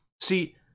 See